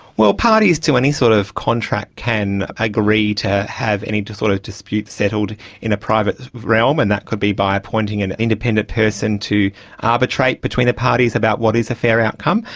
well, parties to any sort of contract can agree to have any sort of dispute settled in a private realm, and that could be by appointing an independent person to arbitrate between the parties about what is a fair outcome,